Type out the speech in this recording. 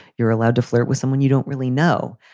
you're allowed to flirt with someone you don't really know.